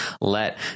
let